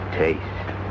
taste